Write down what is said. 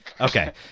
Okay